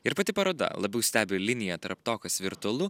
ir pati paroda labiau stebi liniją tarp to kas virtualu